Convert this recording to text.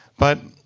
but,